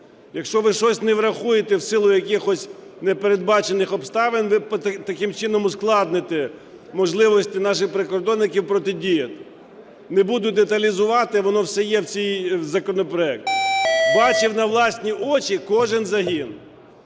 Якщо ви щось не врахуєте в силу якихось непередбачених обставин, ви таким чином ускладните можливості наших прикордонників протидіяти. Не буду деталізувати, воно все є в цьому законопроекті. Бачив на власні очі кожен загін,